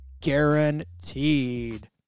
guaranteed